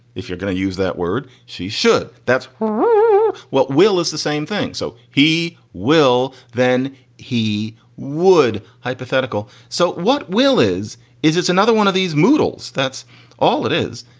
if you're going to use that word, she should. that's what will is the same thing. so he will then he would. hypothetical. so what will is is is another one of these models. that's all it is.